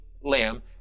lamb